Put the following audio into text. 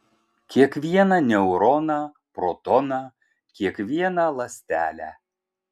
kiekvieną neuroną protoną kiekvieną ląstelę